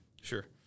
Sure